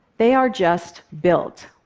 they are just built.